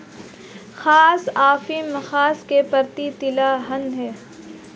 खसखस अफीम खसखस से प्राप्त तिलहन है